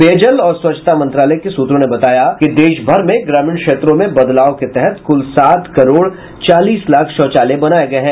पेयजल और स्वच्छता मंत्रालय के सूत्रों ने बताया कि देशभर में ग्रामीण क्षेत्रों में बदलाव के तहत कुल सात करोड़ चालीस लाख शौचालय बनाए गए हैं